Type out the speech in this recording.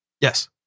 Yes